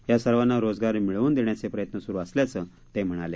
या सर्वांना रोजगार मिळवून देण्याचे प्रयत्न सुरू असल्याचं ते म्हणाले